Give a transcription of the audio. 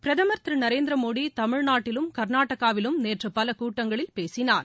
பிரதமர் திருநரேந்திரமோடிதமிழ்நாட்டிலும் கர்நாடகாவிலும் நேற்றுபலகூட்டங்களில் பேசினார்